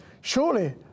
Surely